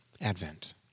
Advent